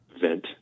vent